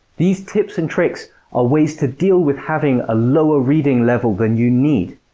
these tips and tricks are ways to deal with having a lower reading level than you need.